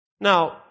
Now